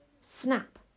snap